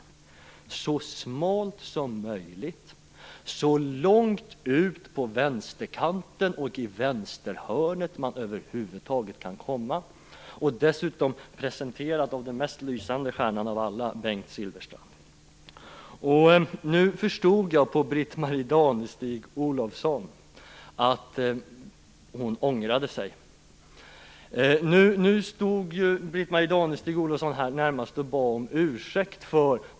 Det var så smalt som möjligt, så långt ut på vänsterkanten och i vänsterhörnet man över huvud taget kan komma. Dessutom presenterades det av den mest lysande stjärnan av alla, Bengt Silfverstrand.